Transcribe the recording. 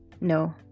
no